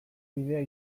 bidea